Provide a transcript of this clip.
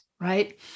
right